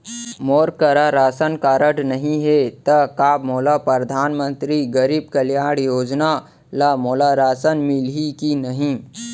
मोर करा ration card नहीं है त का मोल परधानमंतरी गरीब कल्याण योजना ल मोला राशन मिलही कि नहीं?